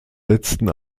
letzten